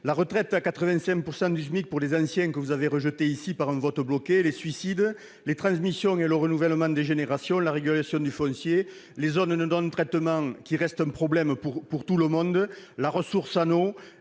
La retraite à 85 % du SMIC pour les anciens, que vous avez rejetée ici par un vote bloqué, les suicides, les transmissions et le renouvellement des générations, la régulation du foncier, les zones non traitées (ZNT), qui restent un problème pour tout le monde, la ressource en eau,